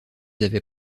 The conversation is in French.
avait